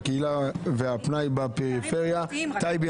הקהילה והפנאי בפריפריה --- ינון,